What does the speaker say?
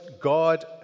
God